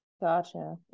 Gotcha